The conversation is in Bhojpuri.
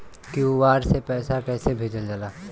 क्यू.आर से पैसा कैसे भेजल जाला?